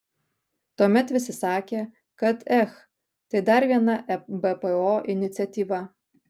tuomet visi sakė kad ech tai dar viena ebpo iniciatyva